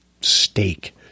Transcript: steak